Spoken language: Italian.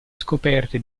scoperte